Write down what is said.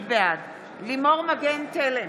לימור מגן תלם,